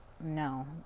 no